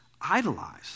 idolize